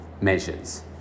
measures